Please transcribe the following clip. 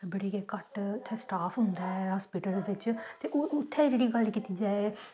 बड़ा घट्ट स्टॉफ होंदा ऐ उत्थें हॉस्पिटल बिच ते ओह् इत्थें जेह्ड़ी गल्ल कीती जाए